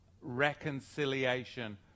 reconciliation